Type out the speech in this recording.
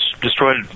destroyed